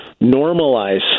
normalize